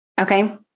Okay